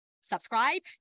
subscribe